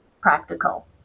practical